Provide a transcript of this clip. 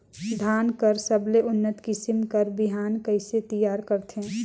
धान कर सबले उन्नत किसम कर बिहान कइसे तियार करथे?